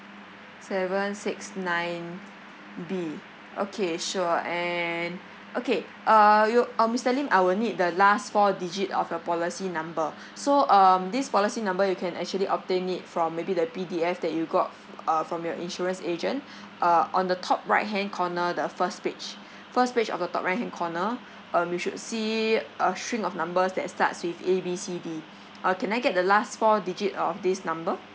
seven six nine B okay sure and okay uh you uh mister lim I will need the last four digit of your policy number so um this policy number you can actually obtain it from maybe the P_D_F that you got f~ uh from your insurance agent uh on the top right hand corner the first page first page of the top right hand corner um you should see a string of numbers that starts with A B C D uh can I get the last four digit of this number